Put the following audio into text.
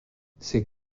ces